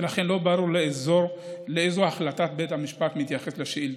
ולכן לא ברור לאיזו החלטת בית המשפט מתייחסת השאילתה.